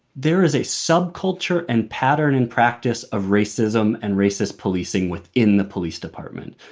there is a subculture and pattern and practice of racism and racist policing within the police department.